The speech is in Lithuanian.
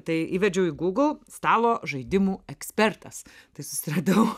tai įvedžiau į google stalo žaidimų ekspertas tai susiradau